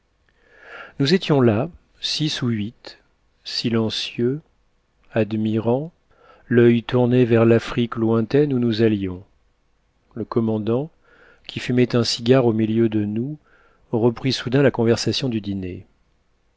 nous étions là six ou huit silencieux admirant l'oeil tourné vers l'afrique lointaine où nous allions le commandant qui fumait un cigare au milieu de nous reprit soudain la conversation du dîner